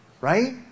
Right